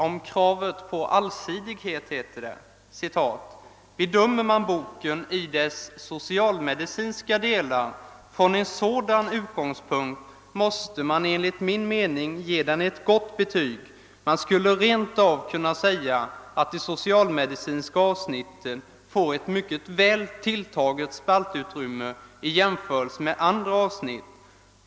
Om kravet på allsidighet anför doktor Jonsson: »Bedömer man boken — i dess socialmedicinska delar — från en sådan utgångspunkt måste man enligt min mening ge den ett gott betyg. Man skulle rent av kunna säga att de socialmedicinska avsnitten fått ett mycket väl tilltaget spaltutrymme i jämförelse med andra avsnitt.